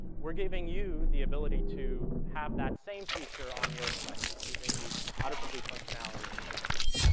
we're giving you the ability to have that same feature on your sites, using the auto-complete functionality and places.